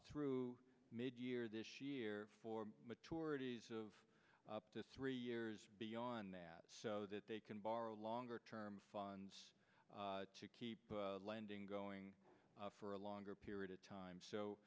through mid year this year for maturities of up to three years beyond that so that they can borrow longer term funds to keep lending going for a longer period of time so